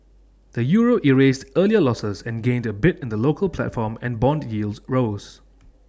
the euro erased earlier losses and gained A bit in the local platform and Bond yields rose